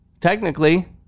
technically